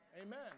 Amen